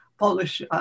Polish